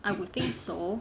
I would think so